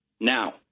Now